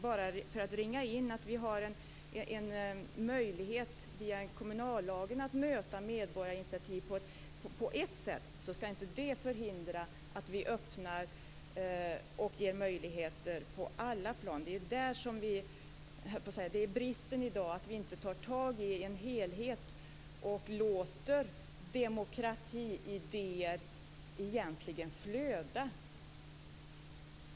Vi har en möjlighet via kommunallagen att möta medborgarinitiativ på ett sätt, men det skall inte förhindra oss att öppna och ge möjligheter på alla plan. Det är bristen i dag: vi tar inte tag i helheten och låter inte demokratiidéerna flöda.